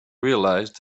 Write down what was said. realized